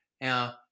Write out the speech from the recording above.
Now